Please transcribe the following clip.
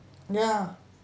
ya